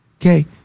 Okay